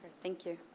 thank you.